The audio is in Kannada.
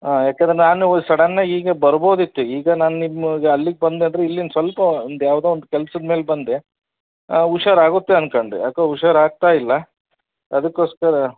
ಯಾಕೆಂದರೆ ನಾನು ಸಡನ್ ಆಗಿ ಈಗ ಬರ್ಬೋದಿತ್ತು ಈಗ ನಾನು ನಿಮಗೆ ಅಲ್ಲಿಗೆ ಬಂದು ಆದ್ರು ಇಲ್ಲಿನ ಸ್ವಲ್ಪ ಒಂದು ಯಾವುದೋ ಒಂದು ಕೆಲ್ಸದ ಮೇಲೆ ಬಂದೆ ಹುಷಾರ್ ಆಗುತ್ತೆ ಅಂದ್ಕೊಂಡೆ ಯಾಕೋ ಹುಷಾರ್ ಆಗ್ತಾ ಇಲ್ಲ ಅದಕ್ಕೋಸ್ಕರ